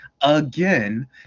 again